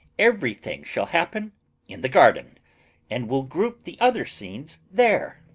everything shall happen in the garden and we'll group the other scenes there.